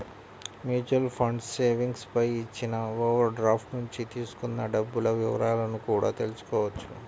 mutual funds savings పై ఇచ్చిన overdraft నుంచి తీసుకున్న డబ్బుల వివరాలను కూడా తెల్సుకోవచ్చు